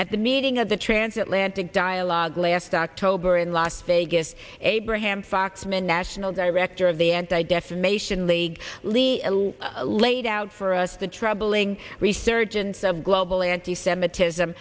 at the meeting of the transatlantic dialogue last october in las vegas abraham foxman national director of the anti defamation league lee laid out for us the troubling resurgence of global anti semitism